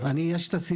יש לי סיבה.